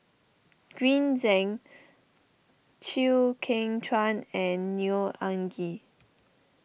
Green Zeng Chew Kheng Chuan and Neo Anngee